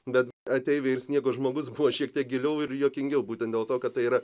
bet ateiviai ir sniego žmogus buvo šiek tiek giliau ir juokingiau būtent dėl to kad tai yra